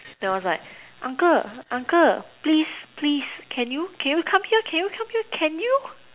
then I was like uncle uncle please please can you can you come here can you come here can you